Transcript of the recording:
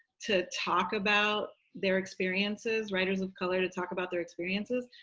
to talk about their experiences. writers of color to talk about their experiences,